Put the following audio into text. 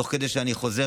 תוך כדי שאני חוזר,